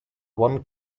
one